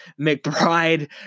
McBride